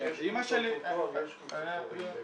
יש קבוצות הורים.